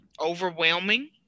overwhelming